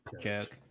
joke